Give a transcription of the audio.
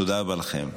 תודה רבה לכם.